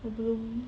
很 blooms